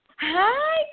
Hi